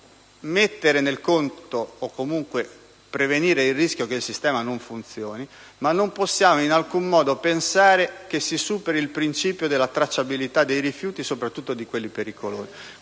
dobbiamo mettere in conto o comunque prevenire il rischio che il sistema non funzioni, ma non possiamo in alcun modo pensare che si superi il principio della tracciabilità dei rifiuti, soprattutto di quelli pericolosi.